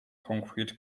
concrete